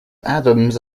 adams